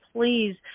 please